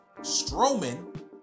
Strowman